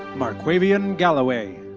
mar'quavion galloway.